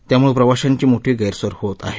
त्यामुळे प्रवाशांची मोठी गैरसोय होत आहे